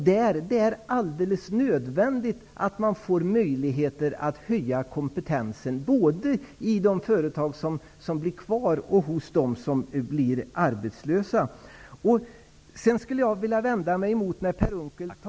Det är därför nödvändigt att man får möjlighet att höja kompetensen, både i de företag som blir kvar och hos de människor blir arbetslösa.